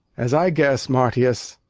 as i guess, marcius,